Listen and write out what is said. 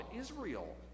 Israel